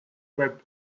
web